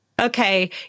Okay